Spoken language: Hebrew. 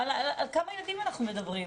על כמה ילדים אנחנו מדברים,